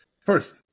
first